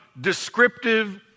descriptive